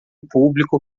público